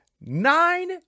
nine